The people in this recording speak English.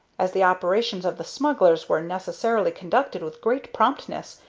as the operations of the smugglers were necessarily conducted with great promptness,